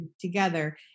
together